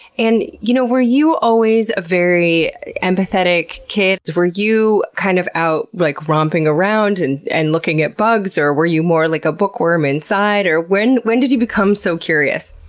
and you know? were you always a very empathetic kid? were you kind of out, like, romping around and and looking at bugs, or were you more like a bookworm inside? when when did you become so curious?